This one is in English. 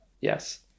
Yes